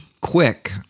quick